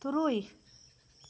ᱛᱩᱨᱩᱭ